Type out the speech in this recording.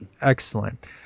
Excellent